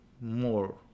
more